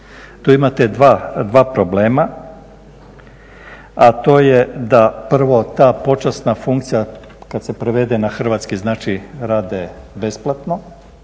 Tu imate dva problema, a to je da prvo ta počasna funkcija kad se prevede na Hrvatski znači rade besplatno